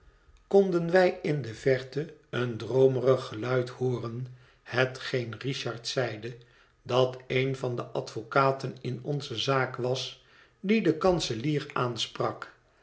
konden wij in de verte een droomerig geluid hooren hetgeen richard zeide dat een van de advocaten in onze zaak was die den kanselier aansprak